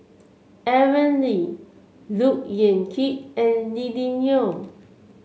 Aaron Lee Look Yan Kit and Lily Neo